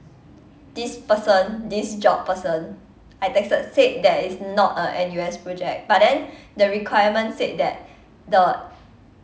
this person this job person I texted said that it's not a N_U_S project but then the requirement said that the